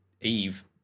Eve